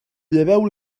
lleveu